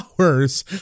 hours